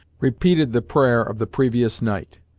repeated the prayer of the previous night.